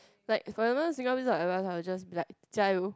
like for example single piece of advice I'll just be like jiayou